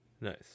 nice